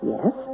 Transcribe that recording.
Yes